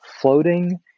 floating